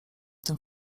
tym